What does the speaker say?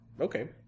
Okay